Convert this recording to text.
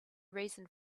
reason